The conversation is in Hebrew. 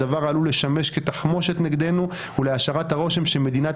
הדבר עלול לשמש כתחמושת נגדנו ולהשארת הרושם שמדינת